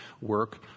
work